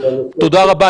--- תודה רבה.